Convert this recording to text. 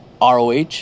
ROH